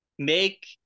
Make